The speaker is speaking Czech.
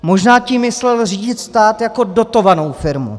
Možná tím myslel řídit stát jako dotovanou firmu.